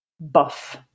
Buff